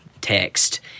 text